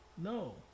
no